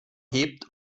hebt